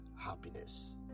happiness